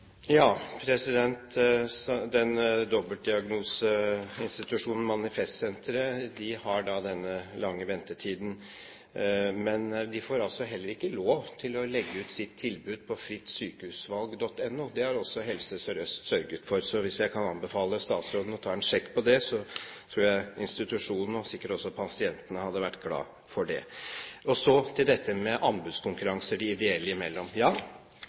å legge ut sitt tilbud på frittsykehusvalg.no. Det har også Helse Sør-Øst sørget for. Hvis jeg kan anbefale statsråden å ta en sjekk på det: Jeg tror institusjonen og sikkert også pasientene hadde vært glade for det. Og så til dette med anbudskonkurranser de ideelle imellom: Ja,